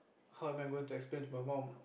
how am I going to explain to my mum